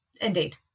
indeed